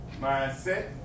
mindset